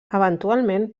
eventualment